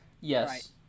Yes